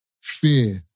fear